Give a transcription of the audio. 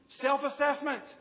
self-assessment